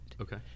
Okay